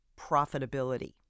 profitability